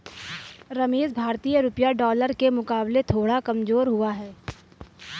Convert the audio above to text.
रमेश भारतीय रुपया डॉलर के मुकाबले थोड़ा कमजोर हुआ है